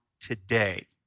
today